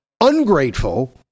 ungrateful